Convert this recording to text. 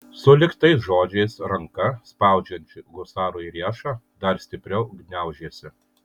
sulig tais žodžiais ranka spaudžianti husarui riešą dar stipriau gniaužėsi